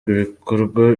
ibikorwa